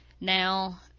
Now